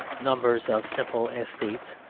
numbers of simple aesthetes,